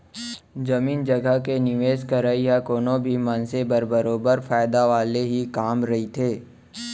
जमीन जघा के निवेस करई ह कोनो भी मनसे बर बरोबर फायदा वाले ही काम रहिथे